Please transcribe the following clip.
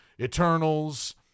Eternals